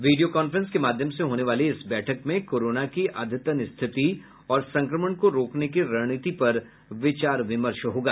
video conference के माध्यम से होने वाली इस बैठक में कोरोना की अद्यतन स्थिति और संक्रमण को रोकने की रणनीति पर विचार विमर्श होगा